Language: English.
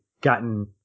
gotten